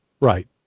Right